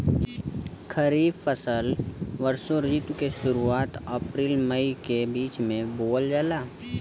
खरीफ फसल वषोॅ ऋतु के शुरुआत, अपृल मई के बीच में बोवल जाला